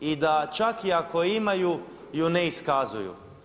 I da čak i ako imaju ju ne iskazuju.